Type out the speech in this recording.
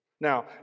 Now